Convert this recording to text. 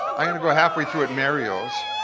i'm gonna go half way through it, mario's.